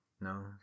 No